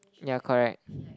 yeah correct